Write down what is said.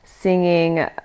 singing